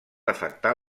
afectar